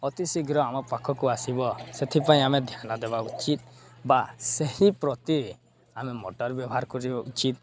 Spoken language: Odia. ଅତିଶୀଘ୍ର ଆମ ପାଖକୁ ଆସିବ ସେଥିପାଇଁ ଆମେ ଧ୍ୟାନ ଦେବା ଉଚିତ୍ ବା ସେହି ପ୍ରତି ଆମେ ମଟର୍ ବ୍ୟବହାର କରିବା ଉଚିତ୍